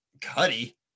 Cuddy